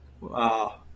Wow